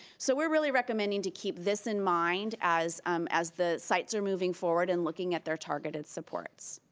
so we're really recommending to keep this in mind as um as the sites are moving forward and looking at their targeted supports.